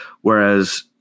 Whereas